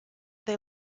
they